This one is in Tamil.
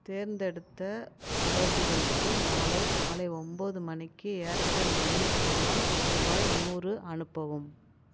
தேர்ந்தெடுத்த தொடர்புகளுக்கு நாளை காலை ஒன்போது மணிக்கு ஏர்டெல் மனி மூலம் ரூபாய் நூறு அனுப்பவும்